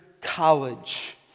College